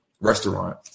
restaurant